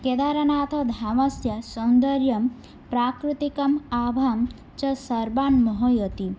केदारनाथधामस्य सौन्दर्यं प्राकृतिकम् आवां च सर्वान्मोहयति